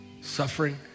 suffering